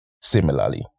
similarly